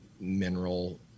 mineral